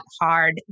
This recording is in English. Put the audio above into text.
hard